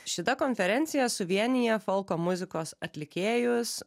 šita konferencija suvienija folko muzikos atlikėjus